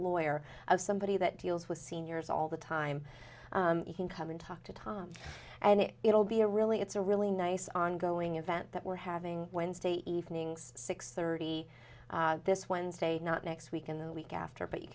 lawyer of somebody that deals with seniors all the time you can come in talk to tom and it it'll be a really it's a really nice ongoing event that we're having wednesday evenings six thirty this wednesday not next week and the week after but you